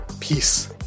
Peace